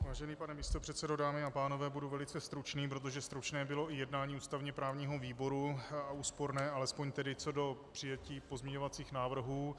Vážený pane místopředsedo, dámy a pánové, budu velice stručný, protože stručné bylo i jednání ústavněprávního výboru a úsporné alespoň co do přijetí pozměňovacích návrhů.